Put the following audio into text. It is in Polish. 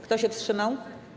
Kto się wstrzymał?